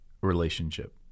relationship